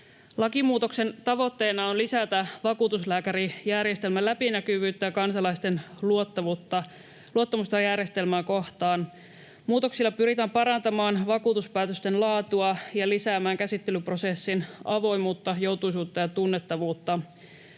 Lakimuutoksen tavoitteena on lisätä vakuutuslääkärijärjestelmän läpinäkyvyyttä ja kansalaisten luottamusta järjestelmää kohtaan. Muutoksilla pyritään parantamaan vakuutuspäätösten laatua ja lisäämään käsittelyprosessin avoimuutta, joutuisuutta ja tunnettavuutta.